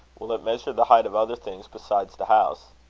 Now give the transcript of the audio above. will it measure the height of other things besides the house?